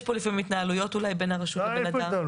יש פה לפעמים התנהלויות בין הרשות לאדם.